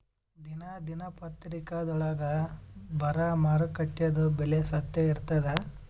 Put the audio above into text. ದಿನಾ ದಿನಪತ್ರಿಕಾದೊಳಾಗ ಬರಾ ಮಾರುಕಟ್ಟೆದು ಬೆಲೆ ಸತ್ಯ ಇರ್ತಾದಾ?